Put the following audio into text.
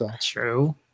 True